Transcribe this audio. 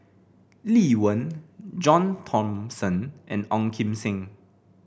Lee Wen John Thomson and Ong Kim Seng